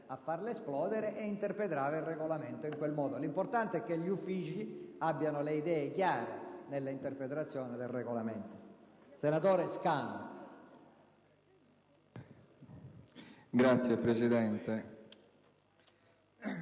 a farla esplodere interpretando il Regolamento in quel modo. L'importante è che gli Uffici abbiano le idee chiare nell'interpretazione del Regolamento. **Sulla crisi dell'azienda